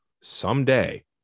someday